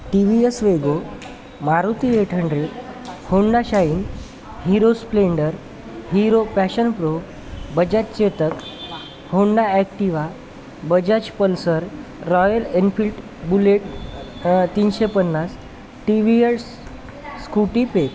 T V S Wego Maruti eight hundred Honda Shine Hero Splendor Hero Passion Pro Bajaj Chetak Honda Activa Bajaj Pulsar Royal Enfield Bullet तीनशे पन्नास T V S Scooty पे